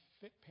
fit